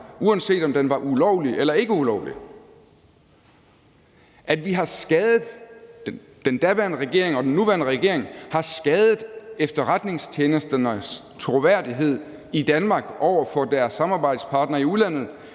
uanset om den var ulovlig eller ikke var ulovlig. Den daværende regering og den nuværende regering har skadet efterretningstjenesternes troværdighed i Danmark over for deres samarbejdspartnere i udlandet